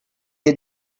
had